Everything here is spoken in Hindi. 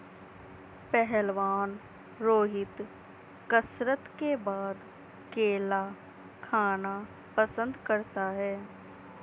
पहलवान रोहित कसरत के बाद केला खाना पसंद करता है